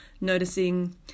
noticing